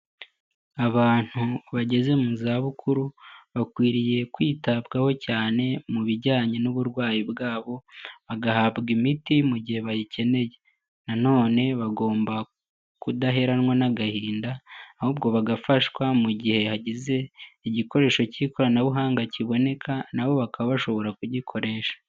Abantu bageze mu zabukuru bakwiriye kwitabwaho cyane mu bijyanye n'uburwayi bwabo, bagahabwa imiti mu gihe bayikeneye nanone bagomba kudaheranwa n'agahinda ahubwo bagafashwa mu gihe hagize igikoresho k'ikoranabuhanga kiboneka nabo bakaba bashobora kugikoresha.